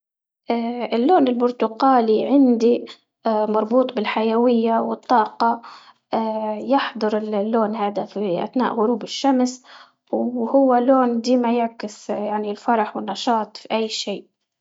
اللون البرتقالي عندي مربوط بالحيوية والطاقة يحضر ال- اللون هادا في أتناء غروب الشمس، وهو لون ديما يعكس الفرح والنشاط في أي شيء.